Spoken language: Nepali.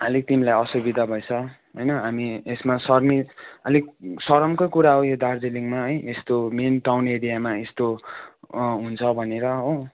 अलिक तिमीलाई असुविधा भएछ होइन हामी यसमा सरमी अलिक सरमको कुरा हो यो दार्जिलिङमा है यस्तो मेन टाउन एरियामा यस्तो हुन्छ भनेर हो